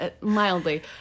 mildly